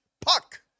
puck